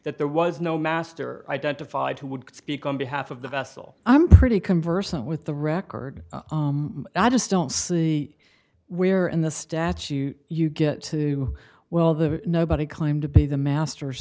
that there was no master identified who would speak on behalf of the vessel i'm pretty conversant with the record i just don't see where in the statue you get to well the nobody claimed to be the master